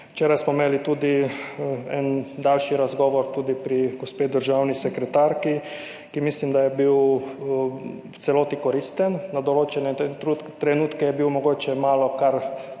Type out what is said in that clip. Včeraj smo imeli tudi en daljši razgovor pri gospe državni sekretarki, ki mislim, da je bil v celoti koristen. Na določene trenutke je bil mogoče malo kar,